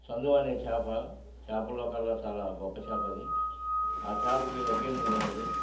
సందు అనే చాప చాపలో కల్లా చాలా గొప్ప చాప అది ఆ చాపకి ఒకే మూజలు ఉంటది